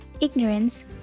ignorance